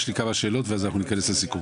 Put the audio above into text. יש לי כמה שאלות ונתכנס לסיכום.